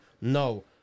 No